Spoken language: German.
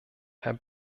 herr